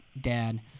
dad